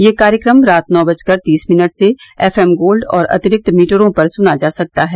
यह कार्यक्रम रात नौ बजकर तीस मिनट से एफएम गोल्ड और अतिरिक्त मीटरों पर सुना जा सकता है